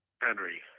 Henry